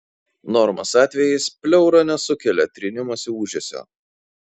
normos atvejais pleura nesukelia trynimosi ūžesio